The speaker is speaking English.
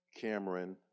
Cameron